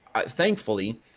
thankfully